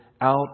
out